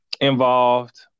involved